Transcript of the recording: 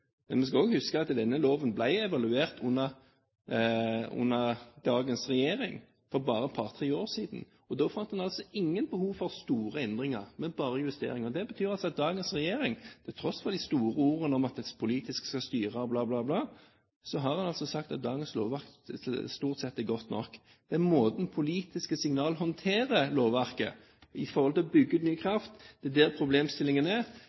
Men vi skal også huske at denne loven ble evaluert under dagens regjering for bare et par, tre år siden. Da fant en altså ingen behov for store endringer, men bare justeringer. Det betyr at dagens regjering, til tross for de store ordene om at en politisk skal styre og bla, bla, bla, altså har sagt at dagens lovverk stort sett er godt nok. Det er i måten politiske signal håndterer lovverket på i forhold til å bygge ut ny kraft, at problemstillingen er.